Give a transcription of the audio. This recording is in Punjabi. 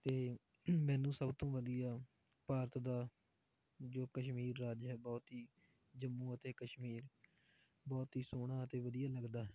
ਅਤੇ ਮੈਨੂੰ ਸਭ ਤੋਂ ਵਧੀਆ ਭਾਰਤ ਦਾ ਜੋ ਕਸ਼ਮੀਰ ਰਾਜ ਹੈ ਬਹੁਤ ਹੀ ਜੰਮੂ ਅਤੇ ਕਸ਼ਮੀਰ ਬਹੁਤ ਹੀ ਸੋਹਣਾ ਅਤੇ ਵਧੀਆ ਲੱਗਦਾ ਹੈ